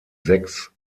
sechs